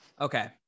Okay